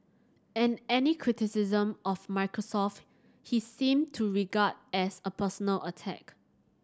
and any criticism of Microsoft he seemed to regard as a personal attack